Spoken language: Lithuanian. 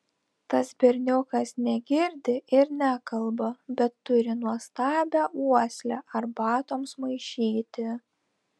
tas berniukas negirdi ir nekalba bet turi nuostabią uoslę arbatoms maišyti